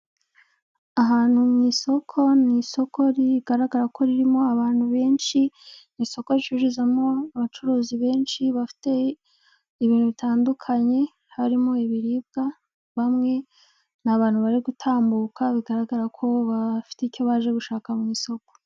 Ahantu mu isoko, ni isoko rigaragara ko ririmo abantu benshi, isoko ricururizamo abacuruzi benshi bafite ibintu bitandukanye, harimo ibiribwa, bamwe ni abantu bari gutambuka bigaragara ko bafite icyo baje gushaka mu isoko.